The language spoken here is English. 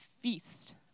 feast